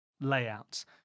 layouts